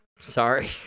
sorry